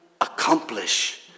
accomplish